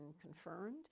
confirmed